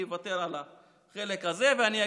אני אוותר על החלק הזה ואני אגיד,